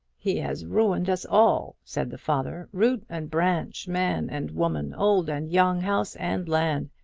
he has ruined us all, said the father root and branch, man and woman, old and young, house and land.